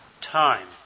time